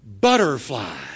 butterfly